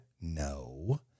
no